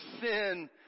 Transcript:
sin